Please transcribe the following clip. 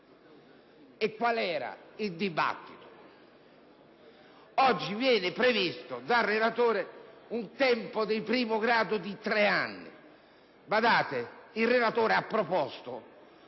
Qual era il dibattito? Oggi viene previsto dal relatore un tempo di primo grado di tre anni.